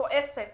כועסת